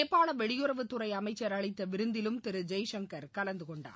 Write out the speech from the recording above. நேபாள வெளியுறவுத்துறை அமைச்சர் அளித்த விருந்திலும் திரு ஜெய்சங்கர் கலந்துகொண்டார்